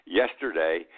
yesterday